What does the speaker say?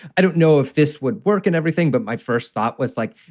i don't know if this would work and everything, but my first thought was like,